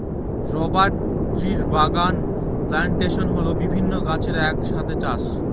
rubber ট্রির বাগান plantation হল বিভিন্ন গাছের এক সাথে চাষ